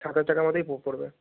সাত হাজার টাকার মতোই পড়বে